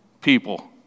people